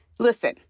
Listen